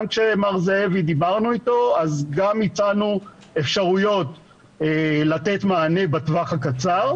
גם כשדיברנו עם מר זאבי אז גם הצענו אפשרויות לתת מענה בטווח הקצר,